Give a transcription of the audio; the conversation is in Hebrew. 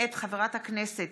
מאת חברי הכנסת